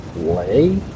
play